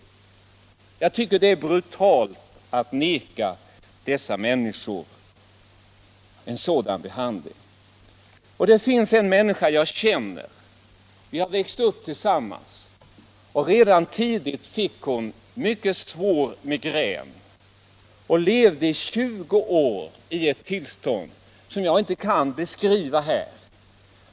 Jag tycker att det är brutalt att neka dessa människor sådan behandling. Jag känner en person — vi har växt upp tillsammans — som redan tidigt fick mycket svår migrän. Hon levde i 20 år i ett tillstånd som jag inte här kan beskriva.